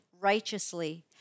righteously